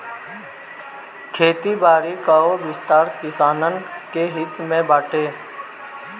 खेती बारी कअ विस्तार किसानन के हित में बाटे